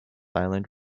island